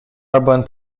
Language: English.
urban